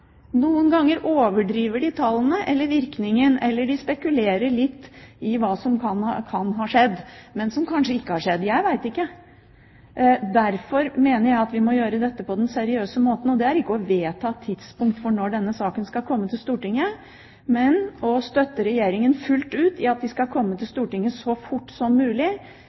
Noen ganger overdriver de tallene, eller virkningen, eller de spekulerer litt i hva som kan ha skjedd, men som kanskje ikke har skjedd – jeg vet ikke. Derfor mener jeg vi må gjøre dette på den seriøse måten. Det er ikke å vedta tidspunktet for når denne saken skal komme til Stortinget, men å støtte Regjeringen fullt ut i at den skal komme til Stortinget så fort som mulig